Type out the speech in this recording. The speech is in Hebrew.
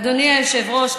אדוני היושב-ראש,